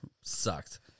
sucked